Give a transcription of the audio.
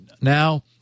Now